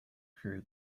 crew